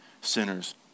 sinners